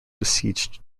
besieged